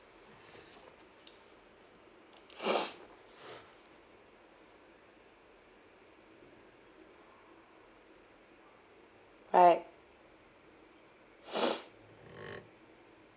right